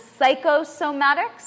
psychosomatics